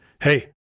hey